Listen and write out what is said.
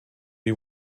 you